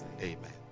amen